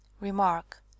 Remark